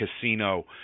Casino